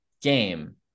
game